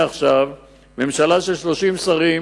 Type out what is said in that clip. בממשלה של 30 שרים,